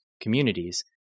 communities